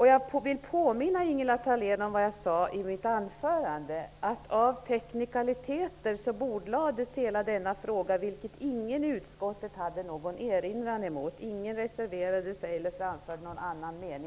Jag vill påminna Ingela Thalén om vad jag sade i mitt anförande, nämligen att hela denna fråga bordlades på grund av teknikaliteter. Ingen i utskottet hade någon erinran mot det; ingen reserverade sig eller framförde någon annan mening.